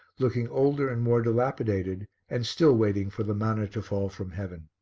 looking older and more dilapidated and still waiting for the manna to fall from heaven.